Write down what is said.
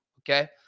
Okay